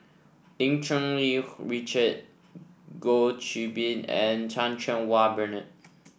Lim Cherng Yih Richard Goh Qiu Bin and Chan Cheng Wah Bernard